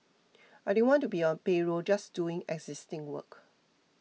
I didn't want to be on payroll just doing existing work